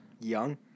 Young